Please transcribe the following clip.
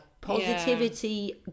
Positivity